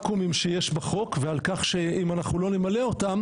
שיש בחוק ועל כך שאם אנחנו לא נמלא אותם